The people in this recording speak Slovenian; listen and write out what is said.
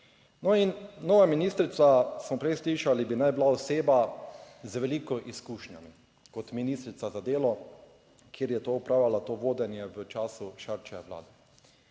No in nova ministrica, smo prej slišali, bi naj bila oseba z veliko izkušnjami, kot ministrica za delo, kjer je opravljala to vodenje v času Šarčeve vlade.